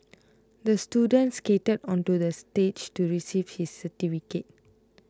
the student skated onto the stage to receive his certificate